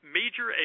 major